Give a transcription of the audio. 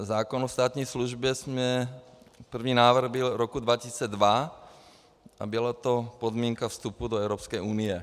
Zákon o státní službě jsme první návrh byl v roce 2002 a byla to podmínka vstupu do Evropské unie.